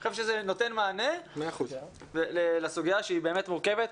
אני חושב שזה נותן מענה לסוגיה שהיא מורכבת.